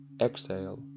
Exhale